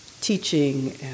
teaching